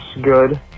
good